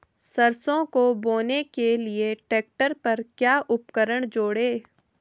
सरसों को बोने के लिये ट्रैक्टर पर क्या उपकरण जोड़ें?